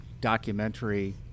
documentary